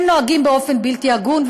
הם נוהגים באופן בלתי הגון,